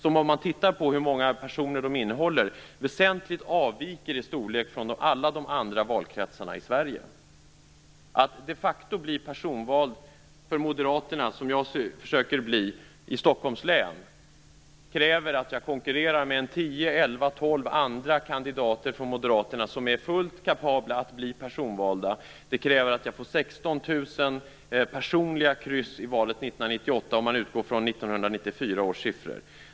Om man tittar på hur många personer de innehåller ser man att de väsentligt avviker i storlek från alla de andra valkretsarna i Sverige. Att vilja bli personvald för moderaterna i Stockholms län, som jag försöker bli, innebär att jag konkurrerar med tio tolv andra kandidater från moderaterna som är fullt kapabla att bli personvalda. Det kräver att jag får 16 000 personliga kryss i valet 1998, om man utgår från 1994 års siffror.